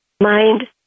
mind